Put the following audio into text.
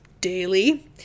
daily